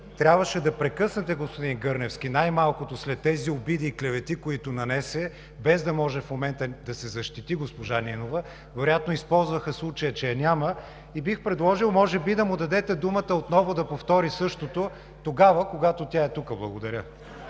Трябваше да прекъснете господин Гърневски, най-малкото след тези обиди и клевети, които нанесе, без да може в момента госпожа Нинова да се защити. Вероятно използваха случая, че я няма. Бих предложил може би да му дадете думата отново да повтори същото, когато тя е тук. (Реплики